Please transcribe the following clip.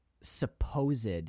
supposed